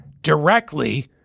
directly